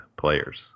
players